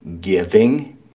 giving